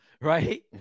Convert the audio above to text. right